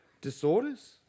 disorders